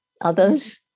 Others